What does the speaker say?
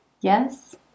yes